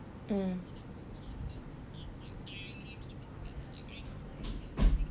mm